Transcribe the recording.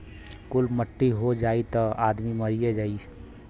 कुल मट्टी हो जाई त आदमी मरिए जाई